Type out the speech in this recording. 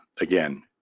again